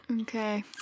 Okay